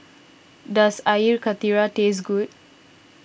does Air Karthira taste good